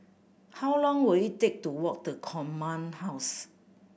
how long will it take to walk to Command House